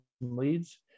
leads